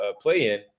play-in